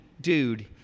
dude